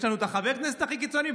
יש לנו את חבר הכנסת הכי קיצוני,